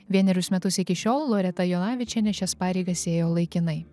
vienerius metus iki šiol loreta jonavičienė šias pareigas ėjo laikinai